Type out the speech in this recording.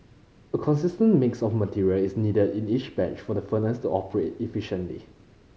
a consistent mix of materials is needed in each batch for the furnace to operate efficiently